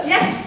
Yes